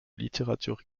littérature